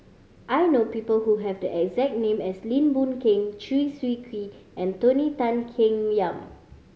I know people who have the exact name as Lim Boon Keng Chew Swee Kee and Tony Tan Keng Yam